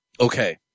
Okay